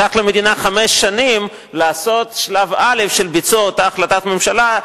לקח למדינה חמש שנים לעשות שלב א' של ביצוע אותה החלטת ממשלה,